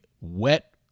wet